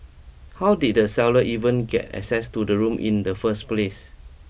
how did the seller even get access to the room in the first place